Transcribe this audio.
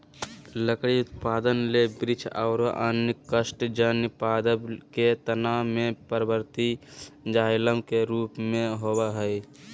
लकड़ी उत्पादन ले वृक्ष आरो अन्य काष्टजन्य पादप के तना मे परवर्धी जायलम के रुप मे होवअ हई